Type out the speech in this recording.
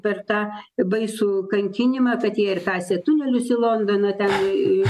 per tą baisų kankinimą kad jie ir kasė tunelius į londoną ten